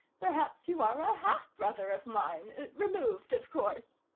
perhaps you are a half brother of mine removed, of course.